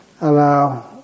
allow